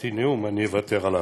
שכתבתי נאום, אני אוותר עליו.